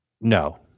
No